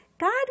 God